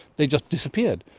they just disappeared.